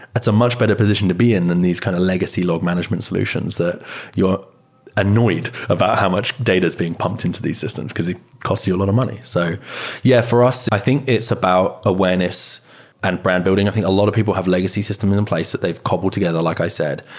that's a much better position to be in than these kind of legacy log management solutions that you're annoyed about how much data is being pumped into these systems, because it costs you a lot of money. so yeah, for us, i think it's about awareness and brand building. i think a lot of people have legacy systems in in place that they've cobbled together, like i said.